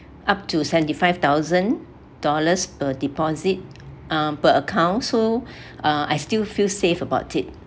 up to seventy five thousand dollars per deposit uh per account so uh I still feel safe about it